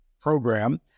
program